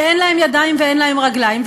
שאין להם ידיים ואין להם רגליים,